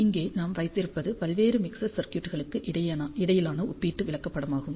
இங்கே நாம் வைத்திருப்பது பல்வேறு மிக்சர் சர்க்யூட்களுக்கு இடையிலான ஒப்பீட்டு விளக்கப்படமாகும்